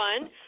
fun